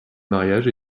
mariages